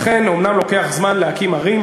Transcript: אומנם לוקח זמן להקים ערים,